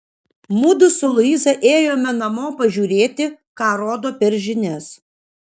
mudu su luiza ėjome namo pažiūrėti ką rodo per žinias